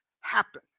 happen